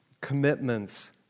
commitments